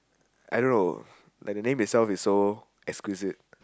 I don't know like the name itself is so exclusive